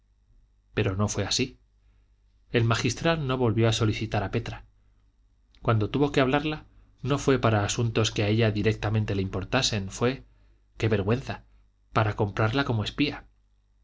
pero no fue así el magistral no volvió a solicitar a petra cuando tuvo que hablarla no fue para asuntos que a ella directamente le importasen fue qué vergüenza para comprarla como espía